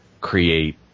create